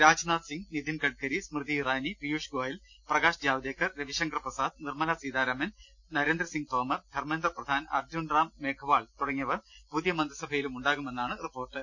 രാജ്നാഥ് സിങ്ങ് നിതിൻ ഗഡ്ഗരി സ്മൃതി ഇറാനി പീയുഷ് ഗോയൽ പ്രകാശ് ജാവ്ദേക്കർ രവിശങ്കർ പ്രസാദ് നിർമ്മല സീതാ രാമൻ നരേന്ദ്രസിങ്ങ് തോമർ ധർമേന്ദ്രപ്രധാൻ അർജ്ജുൻ റാം മേഘ്വാൾ തുടങ്ങിയവർ പുതിയ മന്ത്രിസഭയിലും ഉണ്ടാകുമെന്നാണ് റിപ്പോർട്ട്